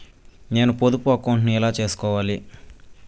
నేను పొదుపు అకౌంటు ను ఎలా సేసుకోవాలి?